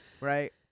right